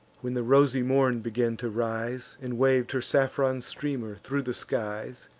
when the rosy morn began to rise, and wav'd her saffron streamer thro' the skies